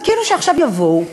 זה כאילו עכשיו יבואו